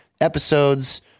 episodes